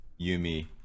Yumi